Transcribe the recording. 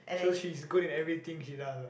so she is good in everything she like lah